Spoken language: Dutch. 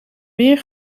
meer